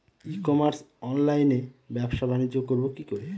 ই commerce অনলাইনে ব্যবসা বানিজ্য করব কি করে?